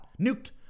Nuked